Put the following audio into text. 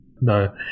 No